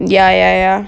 ya ya ya